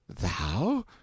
Thou